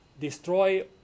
destroy